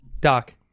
Doc